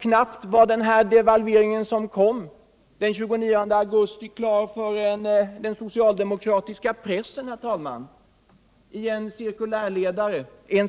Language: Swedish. Knappt var devalveringen den 29 augusti klar, förrän den socialdemokratiska pressen, herr talman, i en